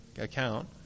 account